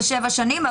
זה שבע שנים,